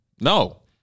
No